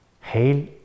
Hail